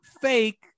fake